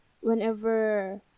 whenever